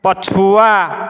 ପଛୁଆ